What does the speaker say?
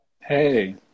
Hey